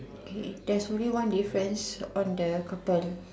okay there's only one difference on the curtain